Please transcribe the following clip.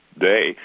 day